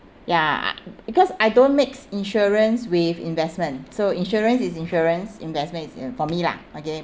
ya because I don't mix insurance with investment so insurance is insurance investments is in~ for me lah okay